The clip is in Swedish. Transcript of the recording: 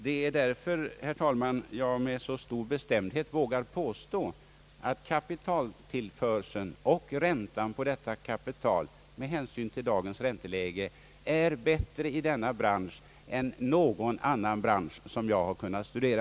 Det är därför, herr talman, jag med stor bestämdhet vågar påstå att kapitalförsörjningen och räntan på dessa lån med hänsyn till dagens ränteläge är bättre i denna bransch än i någon annan bransch som jag har kunnat studera.